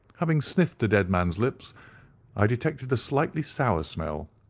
having sniffed the dead man's lips i detected a slightly sour smell,